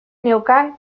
neukan